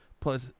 plus